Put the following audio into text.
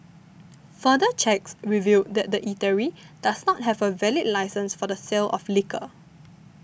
further checks revealed that the eatery does not have a valid licence for the sale of liquor